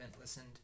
listened